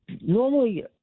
normally